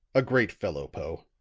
a great fellow, poe.